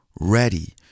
ready